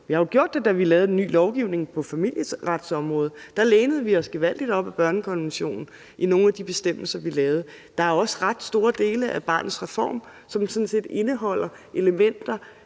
Vi har jo gjort det, da vi lavede en ny lovgivning på familieretsområdet. Da lænede vi os gevaldigt op ad børnekonventionen i nogle af de bestemmelser, vi lavede. Der er også ret store dele af Barnets Reform, som sådan set indeholder elementer